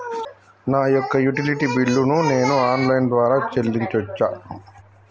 నా యొక్క utility bill ను నేను ఆన్ లైన్ ద్వారా చెల్లించొచ్చా?